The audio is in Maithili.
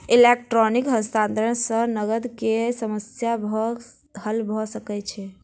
इलेक्ट्रॉनिक हस्तांतरण सॅ नकद के समस्या हल भ सकै छै